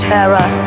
Terror